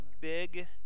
big